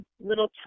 Little